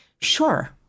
Sure